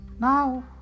now